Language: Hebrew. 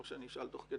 או שאני אשאל תוך כדי?